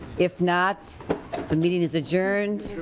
if not the meeting is adjourned.